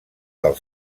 del